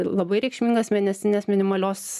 labai reikšmingas mėnesinės minimalios